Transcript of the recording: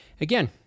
again